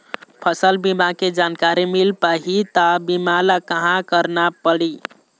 फसल बीमा के जानकारी मिल पाही ता बीमा ला कहां करना पढ़ी?